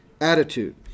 Attitude